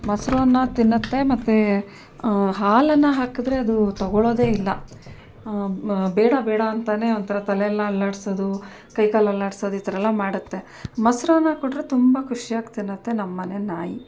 ಮೊಸರು ಅನ್ನ ತಿನ್ನುತ್ತೆ ಹಾಲನ್ನು ಹಾಕಿದ್ರೆ ಅದು ತೊಗೊಳೋದೆ ಇಲ್ಲ ಮ ಬೇಡ ಬೇಡ ಅಂತಲೇ ಒಂಥರ ತಲೆ ಎಲ್ಲ ಅಲ್ಲಾಡ್ಸೋದು ಕೈ ಕಾಲು ಅಲ್ಲಾಡಿಸೋದು ಈ ಥರ ಎಲ್ಲ ಮಾಡುತ್ತೆ ಮೊಸರು ಅನ್ನ ಕೊಟ್ಟರೆ ತುಂಬ ಖುಷ್ಯಾಗಿ ತಿನ್ನುತ್ತೆ ನಮ್ಮ ಮನೆ ನಾಯಿ